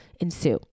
ensue